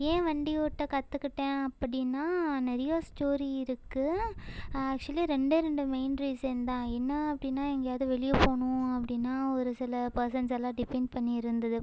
ஏன் வண்டி ஓட்டக் கற்றுக்கிட்டேன் அப்படின்னா நிறைய ஸ்டோரி இருக்குது ஆக்சுவலி ரெண்டே ரெண்டு மெயின் ரீசன் தான் என்ன அப்படின்னா எங்கேயாவது வெளியே போகணும் அப்படின்னா ஒரு சில பர்சன்ஸ் எல்லாம் டிப்பெண்ட் பண்ணி இருந்தது